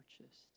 purchased